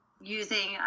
using